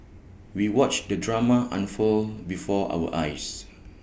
we watched the drama unfold before our eyes